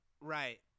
right